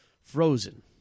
Frozen